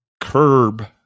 curb